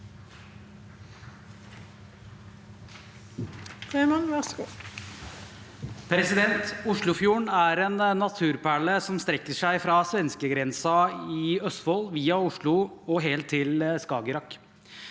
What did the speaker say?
Oslofjorden er en naturperle som strekker seg fra svenskegrensen i Østfold via Oslo og helt til Skagerrak.